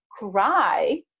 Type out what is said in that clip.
cry